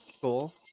Cool